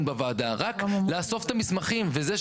המערכת עומדת במינימום ההכרחי